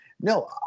no